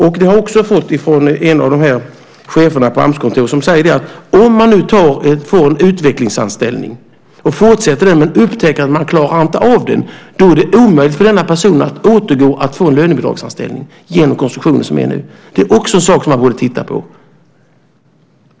Det har jag också fått från en av cheferna på Amskontoret som säger att om en person får en utvecklingsanställning och fortsätter den men upptäcker att han eller hon inte klarar av den så är det omöjligt för denna person att återgå till en lönebidragsanställning genom den konstruktion som finns nu. Detta är också en sak som man borde titta på.